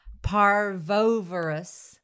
parvovirus